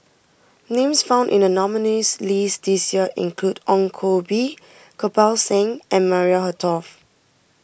names found in the nominees' list this year include Ong Koh Bee Kirpal Singh and Maria Hertogh